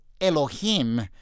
Elohim